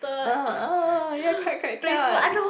ah ah ya correct correct cannot